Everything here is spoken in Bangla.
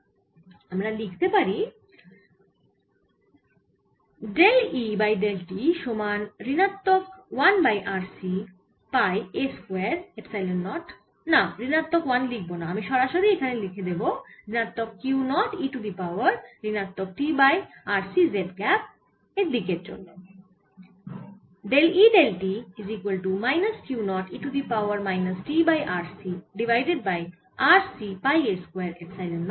আমরা সরাসরি লিখতে পারি del E by del t সমান ঋণাত্মক 1 by RC pi a square epsilon naught না ঋণাত্মক 1 লিখব না আমি সরাসরি এখানে লিখে দেব ঋণাত্মক Q 0 e to the power ঋণাত্মক t by RC z cap এর দিকের জন্য